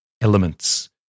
elements